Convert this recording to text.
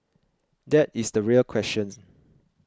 that is the real questions